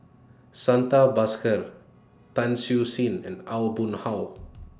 Santha Bhaskar Tan Siew Sin and Aw Boon Haw